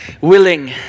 willing